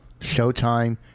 Showtime